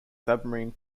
submarine